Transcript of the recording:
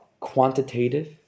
quantitative